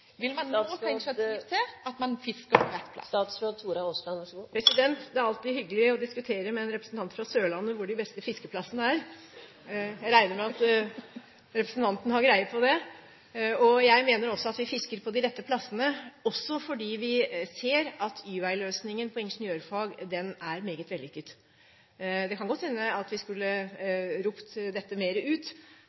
Vil man nå ta initiativ til at man fisker på rett plass? Det er alltid hyggelig å diskutere med en representant fra Sørlandet om hvor de beste fiskeplassene er. Jeg regner med at representanten har greie på det. Jeg mener også at vi fisker på de rette plassene, også fordi vi ser at Y-vei-løsningen på ingeniørfag er meget vellykket. Det kan godt hende at vi skulle ropt dette mer ut